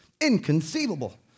Inconceivable